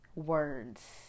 Words